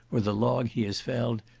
or the log he has felled,